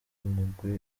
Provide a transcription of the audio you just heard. mugwi